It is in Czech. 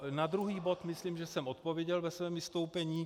Na druhý bod si myslím, že jsem odpověděl ve svém vystoupení.